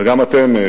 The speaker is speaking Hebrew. וגם אתם,